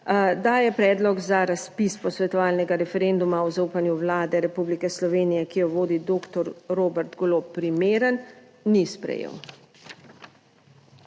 da je predlog za razpis posvetovalnega referenduma o zaupanju Vlade Republike Slovenije, ki jo vodi doktor Robert Golob, primeren, ni sprejel.